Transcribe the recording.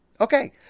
Okay